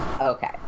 Okay